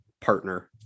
partner